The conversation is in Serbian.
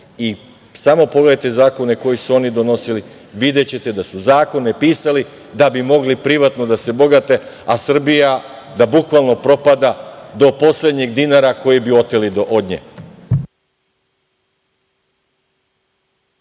Samo pogledajte zakone koje su oni donosili, videćete da su zakone pisali da bi mogli privatno da se bogate, a Srbija da bukvalno propada do poslednjeg dinara koji bi oteli od nje.